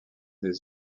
des